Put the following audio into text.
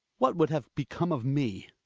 what would have become of me